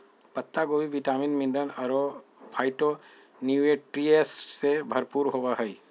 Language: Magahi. पत्ता गोभी विटामिन, मिनरल अरो फाइटोन्यूट्रिएंट्स से भरपूर होबा हइ